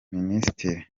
minisitiri